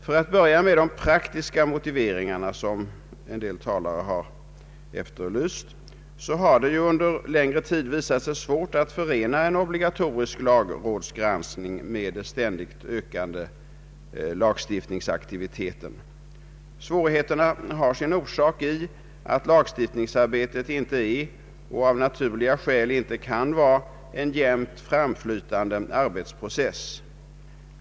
För att börja med de praktiska motiveringarna som en del talare har efterlyst, har det under en längre tid visat sig svårt att förena en obligatorisk lagrådsgranskning med den ständigt ökande <lagstiftningsaktiviteten. Svårigheterna har sin orsak i att lagstiftningsarbetet inte är och av naturliga skäl inte kan vara en jämnt flytande arbetsprocess.